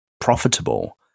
profitable